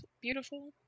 beautiful